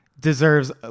deserves